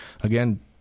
again